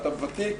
אתה ותיק,